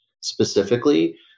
specifically